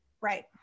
Right